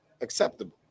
acceptable